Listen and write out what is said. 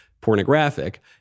pornographic